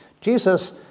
Jesus